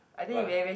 what